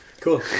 cool